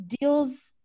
deals